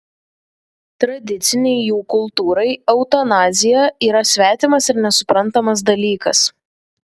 tradicinei jų kultūrai eutanazija yra svetimas ir nesuprantamas dalykas